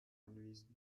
anwesend